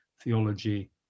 theology